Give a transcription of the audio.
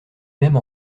même